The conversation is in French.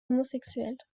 homosexuelle